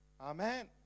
Amen